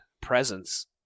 presence